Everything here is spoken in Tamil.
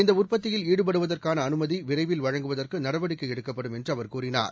இந்தஉற்பத்தியில் ஈடுபடுவதற்கானஅனுமதிவிரைவில் வழங்குவதற்குநடவடிக்கைஎடுக்கப்படும் என்றார்